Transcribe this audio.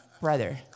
brother